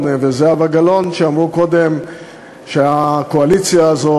וזהבה גלאון שאמרו קודם שהקואליציה הזאת,